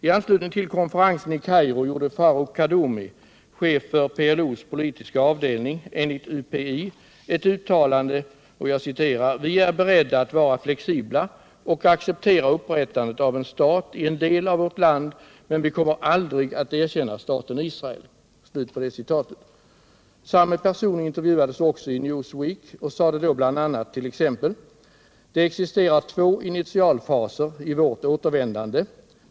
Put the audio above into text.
I anslutning till konferensen i Kairo gjorde Farouk Kaddoumi, chef för PLO:s politiska avdelning, enligt UPI ett uttalande: ”Vi är beredda att vara flexibla och acceptera upprättandet av en stat i en del av vårt land, men vi kommer aldrig att erkänna staten Israel.” Samme person intervjuades också i Newsweek och sade då bl.a.: ”Det existerar två initialfaser i vårt återvändande.